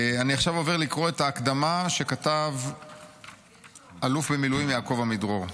אני עובר לקרוא עכשיו את ההקדמה שכתב אלוף במילואים יעקב עמידרור.